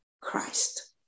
Christ